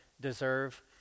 deserve